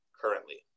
currently